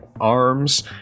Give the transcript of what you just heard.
arms